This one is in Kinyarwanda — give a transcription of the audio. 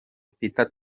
peter